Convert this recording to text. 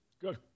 Good